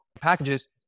packages